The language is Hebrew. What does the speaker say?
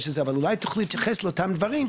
אבל אולי תוכלו להתייחס לאותם דברים,